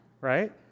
Right